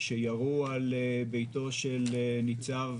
שירו על ביתו של ניצב